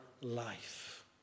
life